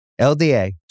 LDA